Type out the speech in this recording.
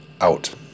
out